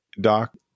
Doc